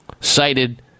cited